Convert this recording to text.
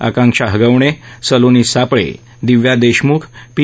Akanksha Hagawane Saloni Sapale Divya Deshmukh P